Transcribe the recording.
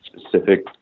specific